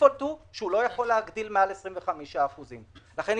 הדיפולט הוא שהוא לא יכול להגדיל מעל 25%. יש